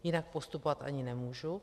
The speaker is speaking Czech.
Jinak postupovat ani nemůžu.